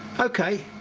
okay